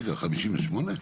רגע, 58?